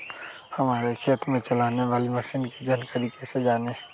हमारे खेत में चलाने वाली मशीन की जानकारी कैसे जाने?